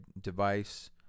device